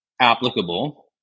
applicable